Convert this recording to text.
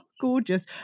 gorgeous